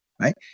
Right